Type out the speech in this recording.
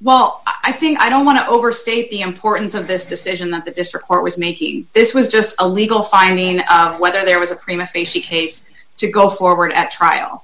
well i think i don't want to overstate the importance of this decision that the district court was making this was just a legal finding whether there was a prima facie case to go forward at trial